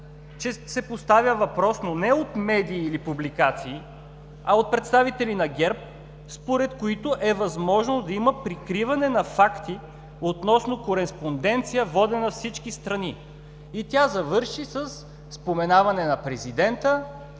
че се поставя въпрос, но не от медии или публикации, а от представители на ГЕРБ, според които е възможно да има прикриване на факти относно кореспонденция, водена с всички страни. И тя завърши със споменаване на президента